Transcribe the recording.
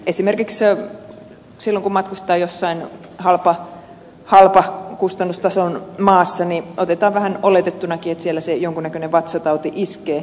esimerkiksi silloin kun matkustetaan jossain halvan kustannustason maassa otetaan vähän oletettunakin että siellä se jonkunnäköinen vatsatauti iskee